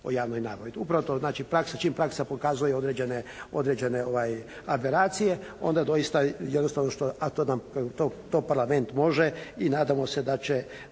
o javnoj nabavi. Upravo to, znači čim praksa pokazuje određene aberacije onda doista jednostavno što, a to Parlament može i nadamo se da će